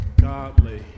Godly